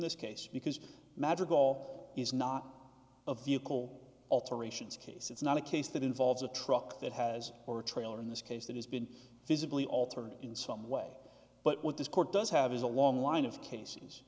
this case because magic wall is not of vehicle alterations case it's not a case that involves a truck that has or a trailer in this case that has been physically altered in some way but what this court does have is a long line of cases